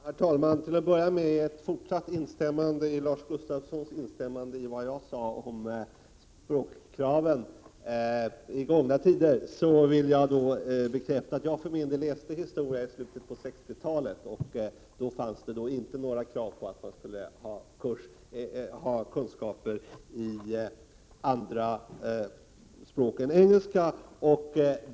Herr talman! Till att börja med vill jag säga att jag är glad över att Lars Gustafsson instämmer i det jag sade om språkkraven. Apropå gångna tider läste jag för min del historia i slutet av 60-talet. Jag vill poängtera att det då inte fanns några krav på att man skulle ha kunskaper i andra språk än engelska.